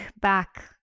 back